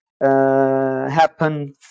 happen